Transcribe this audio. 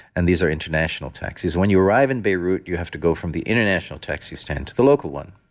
and these are international taxis when you arrive in beirut, you have to go from the international taxi stand to the local one.